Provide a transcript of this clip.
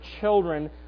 children